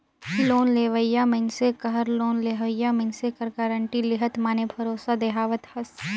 loan लेवइया मइनसे कहर लोन लेहोइया मइनसे कर गारंटी लेहत माने भरोसा देहावत हस